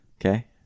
Okay